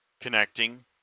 connecting